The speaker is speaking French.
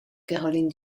caroline